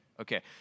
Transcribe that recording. okay